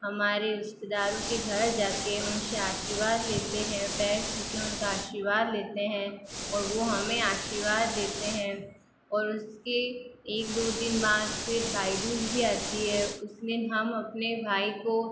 हमारे रिश्तेदारों के घर जाके उनसे आशीर्वाद लेते हैं पैर छूके उनका आशीर्वाद लेते हैं और वो हमें आशीर्वाद देते हैं और उसके एक दो दिन बाद फिर भाई दूज भी आती है उसमें हम अपने भाई को